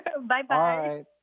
Bye-bye